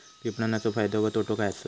विपणाचो फायदो व तोटो काय आसत?